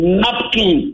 napkin